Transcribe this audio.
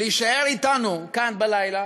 להישאר אתנו כאן בלילה,